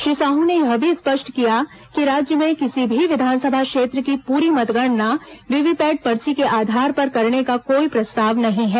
श्री साहू ने यह भी स्पष्ट किया कि राज्य में किसी भी विधानसभा क्षेत्र की पूरी मतगणना वीवीपैट पर्ची के आधार पर करने का कोई प्रस्ताव नहीं है